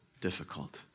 difficult